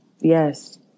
Yes